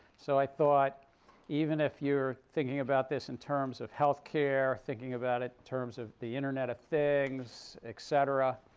so i thought even if you're thinking about this in terms of health care, thinking about it terms of the internet of things, et cetera,